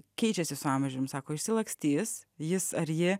keičiasi su amžium sako išsilakstys jis ar ji